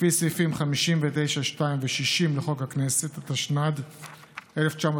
לפי סעיפים 59(2) ו-60 לחוק הכנסת, התשנ"ד 1994,